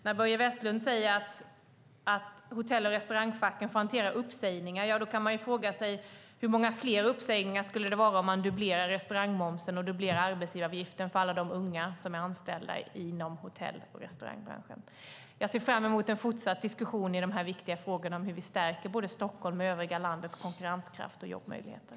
När Börje Vestlund säger att Hotell och Restaurangfacket får hantera uppsägningar kan man fråga sig hur många fler uppsägningar det skulle vara om man dubblerade restaurangmomsen och arbetsgivaravgiften för alla de unga som är anställda inom hotell och restaurangbranschen. Jag ser fram emot en fortsatt diskussion i de viktiga frågorna om hur vi stärker både Stockholms och övriga landets konkurrenskraft och jobbmöjligheter.